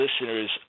listeners